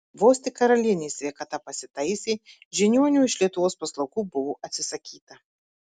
vos tik karalienės sveikata pasitaisė žiniuonių iš lietuvos paslaugų buvo atsisakyta